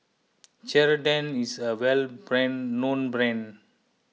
Ceradan is a well brand known brand